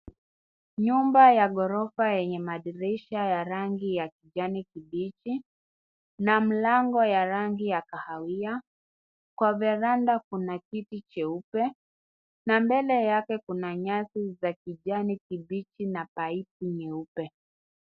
Nyumba ya ghorofa yenye madirisha ya rangi ya kijani kibichi na mlango ya rangi ya kahawia. Kwa veranda kuna kiti cheupe na mbele yake kuna nyasi za kijani kibichi na paipu nyeupe.